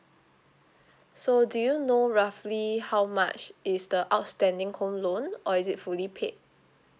so do you know roughly how much is the outstanding home loan or is it fully paid